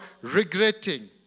regretting